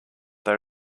they